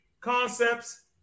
concepts